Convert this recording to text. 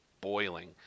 boiling